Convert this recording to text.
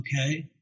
okay